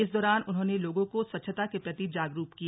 इस दौरान उन्होंने लोगों को स्वच्छता के प्रति जागरुक किया